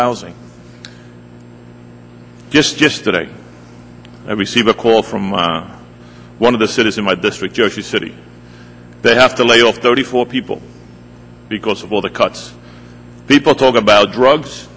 housing just yesterday i received a call from one of the citizen my district judge the city they have to layoff thirty four people because of all the cuts people talk about drugs